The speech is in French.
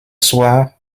soir